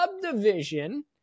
subdivision